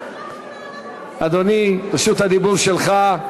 אדוני, רשות הדיבור שלך.